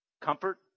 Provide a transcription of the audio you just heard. Comfort